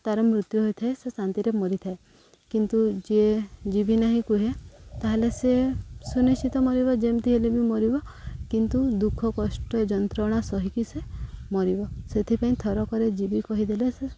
ତା'ର ମୃତ୍ୟୁ ହୋଇଥାଏ ସେ ଶାନ୍ତିରେ ମରିଥାଏ କିନ୍ତୁ ଯିଏ ଯିବି ନାହିଁ କୁହେ ତା'ହେଲେ ସେ ସୁନିଶ୍ଚିତ ମରିବ ଯେମିତି ହେଲେ ବି ମରିବ କିନ୍ତୁ ଦୁଃଖ କଷ୍ଟ ଯନ୍ତ୍ରଣା ସହିକି ସେ ମରିବ ସେଥିପାଇଁ ଥରକରେ ଯିବି କହିଦେଲେ ସେ